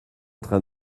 train